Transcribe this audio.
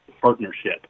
partnership